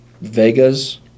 Vegas